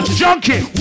junkie